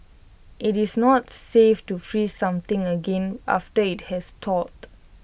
IT is not safe to freeze something again after IT has thawed